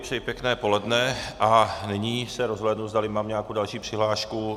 Přeji pěkné poledne a nyní se rozhlédnu, zdali mám nějakou další přihlášku.